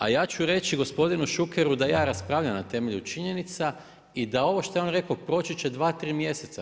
A ja ću reći gospodinu Šukeru da ja raspravljam na temelju činjenica i da je ovo što je on rekao proći će dva, tri mjeseca.